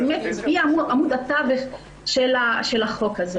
שהיא עמוד התווך של החוק הזה.